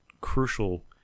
crucial